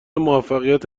موفقیت